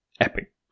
epic